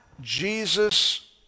Jesus